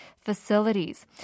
facilities